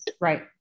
Right